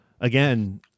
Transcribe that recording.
again